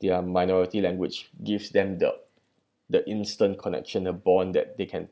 their minority language gives them the the instant connection a bond that they can